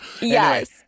yes